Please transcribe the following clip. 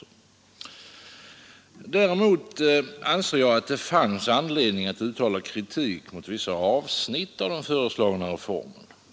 Däremot anser jag att det finns anledning att uttala kritik mot vissa avsnitt av den föreslagna reformen.